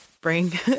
bring